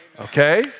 okay